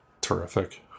Terrific